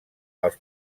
els